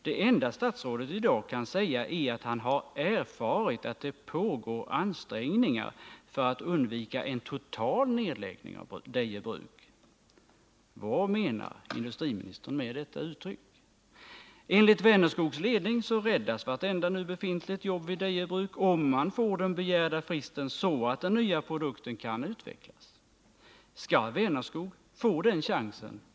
Det enda statsrådet i dag kan säga är att han har erfarit att det pågår ansträngningar för att undvika en total nedläggning av Deje Bruk AB. Vad menar industriministern med detta uttryck? Enligt Vänerskogs ledning räddas vartenda nu befintligt jobb vid Deje Bruk AB, om man får den begärda fristen, så att den nya produktionen kan utvecklas. Skall Vänerskog få den chansen?